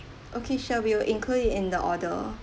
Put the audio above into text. okay sure we will include it in the order